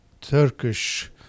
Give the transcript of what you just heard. Turkish